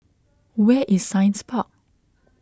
where is Science Park